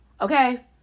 okay